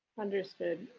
understood.